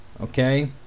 Okay